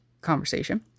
conversation